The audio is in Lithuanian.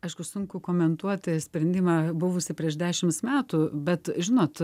aišku sunku komentuoti sprendimą buvusį prieš dešimt metų bet žinot